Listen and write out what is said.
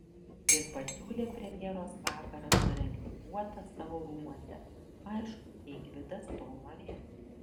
ir pasiūlė premjeros vakarą surengti puotą savo rūmuose aišku jei gvidas to norės